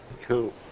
Cool